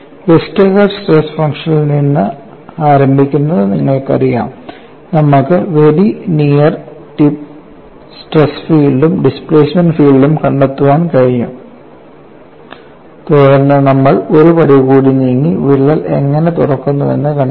Westergaard stress ഫംഗ്ഷനിൽ നിന്ന് ആരംഭിക്കുന്നത് നിങ്ങൾക്കറിയാം നമ്മൾക്ക് വെരി നിയർ സ്ട്രിപ്പ് സ്ട്രെസ് ഫീൽഡും ഡിസ്പ്ലേസ്മെൻറ് ഫീൽഡും കണ്ടെത്താൻ കഴിഞ്ഞു തുടർന്ന് നമ്മൾ ഒരു പടി കൂടി നീങ്ങി വിള്ളൽ എങ്ങനെ തുറക്കുന്നുവെന്ന് കണ്ടെത്തി